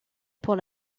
pour